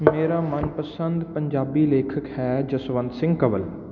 ਮੇਰਾ ਮਨਪਸੰਦ ਪੰਜਾਬੀ ਲੇਖਕ ਹੈ ਜਸਵੰਤ ਸਿੰਘ ਕੰਵਲ